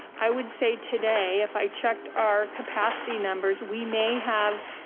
i would say today, if i checked our capacity numbers, we may have